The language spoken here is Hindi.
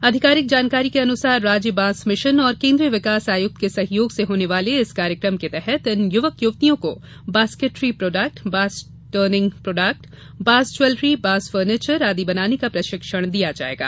आधिकारिक जानकारी के अनुसार राज्य बाँस मिशन और केन्द्रीय विकास आयुक्त के सहयोग से होने वाले इस कार्यक्रम के तहत इन युवक युवतियों को बास्केटरी प्रोडक्ट बाँस टर्निंग प्रोडक्ट बाँस ज्वेलरी बाँस फर्नीचर आदि बनाने का प्रशिक्षण दिया जायेगा